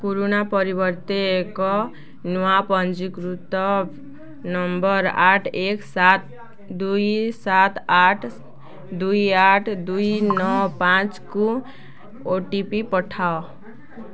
ପୁରୁଣା ପରିବର୍ତ୍ତେ ଏକ ନୂଆ ପଞ୍ଜୀକୃତ ନମ୍ବର୍ ଆଠ ଏକ ସାତ ଦୁଇ ସାତ ଆଠ ଦୁଇ ଆଠ ଦୁଇ ନଅ ପାଞ୍ଚକୁ ଓ ଟି ପି ପଠାଅ